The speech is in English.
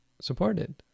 supported